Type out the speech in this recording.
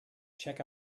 check